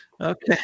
Okay